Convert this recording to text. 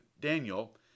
Daniel